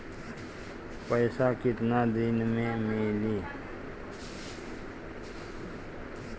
पैसा केतना दिन में मिली?